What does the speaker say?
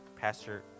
Pastor